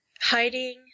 hiding